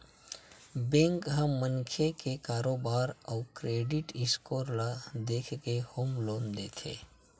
bank ह मनखे के कारोबार अउ क्रेडिट स्कोर ल देखके होम लोन देथे